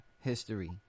history